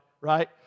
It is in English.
right